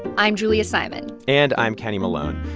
i'm julia simon and i'm kenny malone.